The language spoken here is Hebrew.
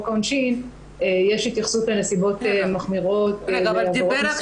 העונשין יש התייחסות לנסיבות מחמירות --- היא אומרת